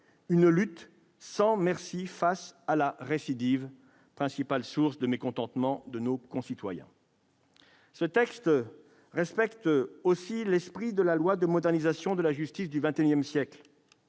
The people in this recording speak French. une lutte sans merci face à la récidive, principale source de mécontentement de nos concitoyens. Ces textes respectent aussi l'esprit de la loi de modernisation de la justice du XXI siècle,